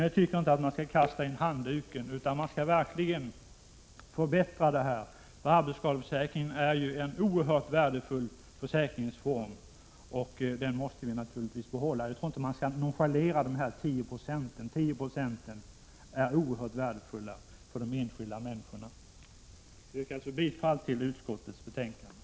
Jag tycker inte att man skall kasta in handduken — en förbättring är verkligen på gång. Arbetsskadeförsäkringen är nämligen en oerhört värdefull försäkringsform, och den måste vi naturligtvis behålla. Jag tror inte heller att man skall nonchalera de 10 procenten — de är oerhört värdefulla för de enskilda människorna. Jag yrkar bifall till hemställan i utskottets betänkande.